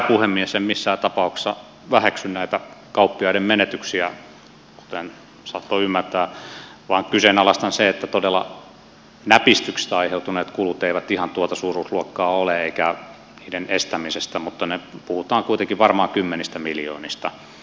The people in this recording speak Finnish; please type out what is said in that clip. en missään tapauksessa väheksy näitä kauppiaiden menetyksiä kuten saattoi ymmärtää vaan kyseenalaistan sen että todella näpistyksistä tai niiden estämisestä aiheutuneet kulut eivät ihan tuota suuruusluokkaa ole mutta puhutaan kuitenkin varmaan kymmenistä miljoonista